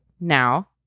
Now